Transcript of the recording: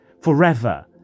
forever